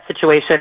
situation